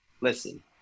listen